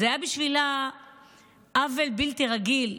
זה היה בשבילה עוול בלתי רגיל.